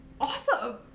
awesome